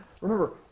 remember